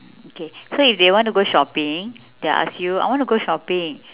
okay so if they want to go shopping they ask you I want to go shopping